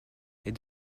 est